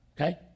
okay